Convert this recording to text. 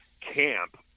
camp